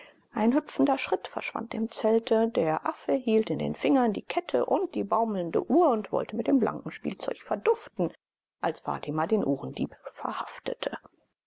ein hüpfender schritt verschwand im zelte der affe hielt in den fingern die kette und die baumelnde uhr und wollte mit dem blanken spielzeug verduften als fatima den uhrendieb verhaftete